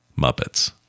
Muppets